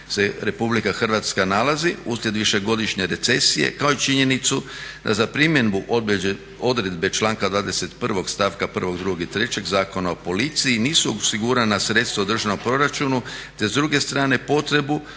Republika Hrvatska nalazi uslijed višegodišnje recesije kao i činjenicu da za primjedbu odredbe članka 21. stavka 1., 2. i 3. Zakona o policiji nisu osigurana sredstva u državnom proračunu te s druge strane potrebu